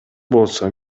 болсо